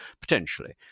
potentially